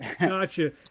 Gotcha